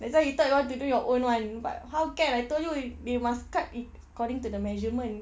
that's why you thought you want to do your own [one] but how can I told you we must cut it according to the measurement